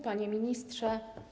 Panie Ministrze!